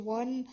one